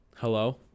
Hello